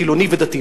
חילוני ודתי.